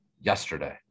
yesterday